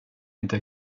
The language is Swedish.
inte